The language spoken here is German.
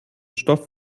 stoff